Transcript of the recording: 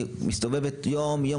אני מסתובבת יומיום,